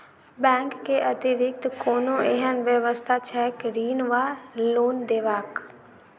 Bank केँ अतिरिक्त कोनो एहन व्यवस्था छैक ऋण वा लोनदेवाक?